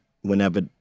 whenever